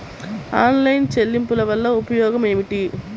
Online చెల్లింపుల వల్ల ఉపయోగమేమిటీ?